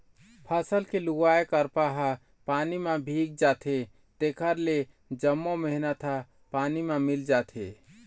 फसल के लुवाय करपा ह पानी म भींग जाथे जेखर ले जम्मो मेहनत ह पानी म मिल जाथे